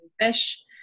fish